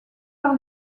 par